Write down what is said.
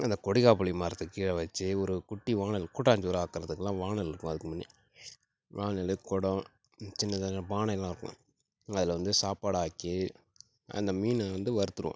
அந்த கொடுக்காப்புளி மரத்துக்கு கீழே வச்சு ஒரு குட்டி வாணல் கூட்டாஞ்சோறு ஆக்குறதுக்குலாம் வாணல் இருக்கும் அதுக்கு முன்னே வாணல் குடம் சின்னதாக இந்த பானைலாம் இருக்கும் அதில் வந்து சாப்பாடு ஆக்கி அந்த மீனை வந்து வறுத்துருவோம்